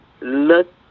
look